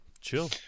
Chill